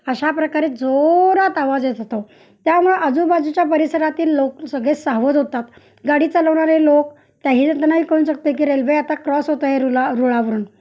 अशा प्रकारे जोरात आवाज येतो तो त्यामुळं आजूबाजूच्या परिसरातील लोक सगळे सावध होतात गाडी चालवणारे लोक कळून चुकते की रेल्वे आता क्रॉस होतो आहे रुला रुळावरून